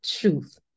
truth